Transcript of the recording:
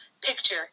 picture